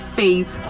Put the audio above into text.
faith